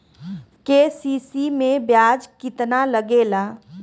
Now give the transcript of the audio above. KCC में ब्याज कितना लागेला?